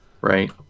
Right